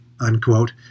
unquote